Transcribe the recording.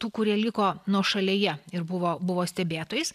tų kurie liko nuošalėje ir buvo buvo stebėtojais